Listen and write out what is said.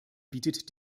bietet